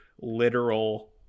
literal